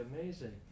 amazing